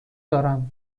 دارم